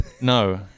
No